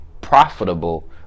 profitable